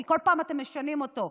כי כל פעם אתם משנים אותו.